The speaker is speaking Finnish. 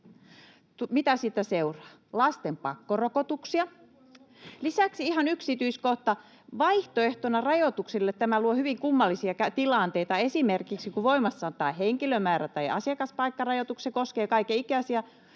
Mitä siitä seuraa? Lasten pakkorokotuksia. Lisäksi ihan yksityiskohta: Vaihtoehtona rajoituksille tämä luo hyvin kummallisia tilanteita. Esimerkiksi kun voimassa on tämä henkilömäärä‑ tai asiakaspaikkarajoitus, se koskee kaikenikäisiä,